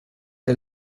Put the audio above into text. the